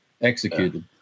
executed